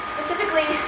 specifically